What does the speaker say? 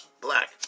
Black